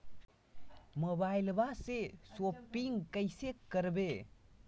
मोबाइलबा से शोपिंग्बा कैसे करबै?